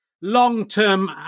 long-term